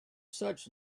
such